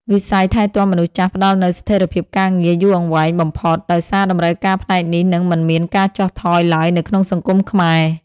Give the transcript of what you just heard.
វិស័យថែទាំមនុស្សចាស់ផ្តល់នូវស្ថិរភាពការងារយូរអង្វែងបំផុត ដោយសារតម្រូវការផ្នែកនេះនឹងមិនមានការចុះថយឡើយនៅក្នុងសង្គមខ្មែរ។